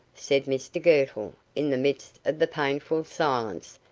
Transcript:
said mr girtle, in the midst of the painful silence.